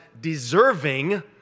deserving